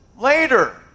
later